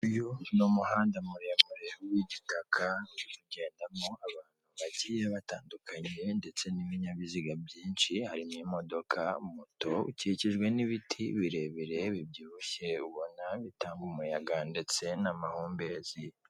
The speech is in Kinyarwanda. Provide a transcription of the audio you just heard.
Uyu n'umuhanda muremure w'igitaka ugendamo abantu bagiye batandu ndetse n'ibinyabiziga byinshi hari n'imodoka moto ukikijwe n'ibiti birebire bibyibushye ubona bitanga umuyaga ndetse n'amahumbezi.